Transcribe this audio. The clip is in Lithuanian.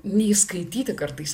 nei skaityti kartais